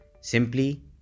Simply